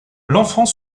l’enfant